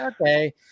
okay